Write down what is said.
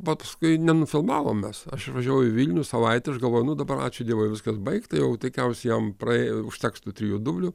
paskui nenufilmavom mes aš važiavau į vilnių savaitei aš galvoju nu dabar ačiū dievui viskas baigta jau taikiausiai jam praėjo užteks tų trijų dublių